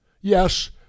Yes